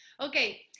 Okay